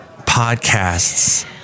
Podcasts